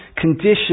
condition